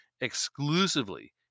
exclusively